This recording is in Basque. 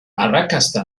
arrakasta